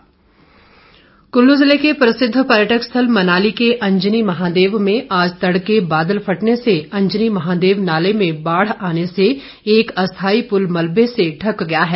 बादल कुल्लू जिले के प्रसिद्ध पर्यटन स्थल मनाली के अंजनी महादेव में आज तडके बादल फटने से अंजनी महादेव नाले में बाढ़ आने से एक अस्थाई पुल मलबे से ढक गया है